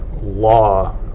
law